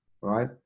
right